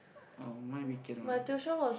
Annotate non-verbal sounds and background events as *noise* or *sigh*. oh my weekend one *breath*